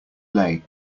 lay